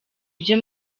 ibyo